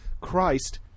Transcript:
Christ